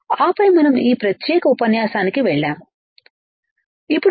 ఆపై మనం ఈ ప్రత్యేక ఉపన్యాసానికి వెళ్ళాము ఇప్పుడు మీరు చూసారు